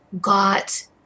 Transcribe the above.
got